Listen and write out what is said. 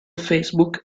facebook